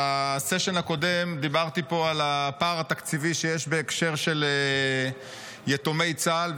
בסשן הקודם דיברתי פה על הפער התקציבי שיש בהקשר של יתומי צה"ל,